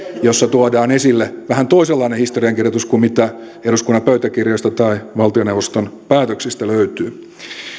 jossa tuodaan esille vähän toisenlainen historiankirjoitus kuin mitä eduskunnan pöytäkirjoista tai valtioneuvoston päätöksistä löytyy